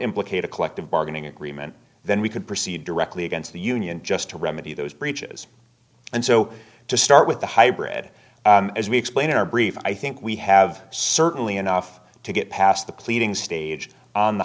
implicate a collective bargaining agreement then we can proceed directly against the union just to remedy those breaches and so to start with the hybrid as we explain in our brief i think we have certainly enough to get past the pleading stage on the